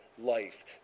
life